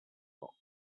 clock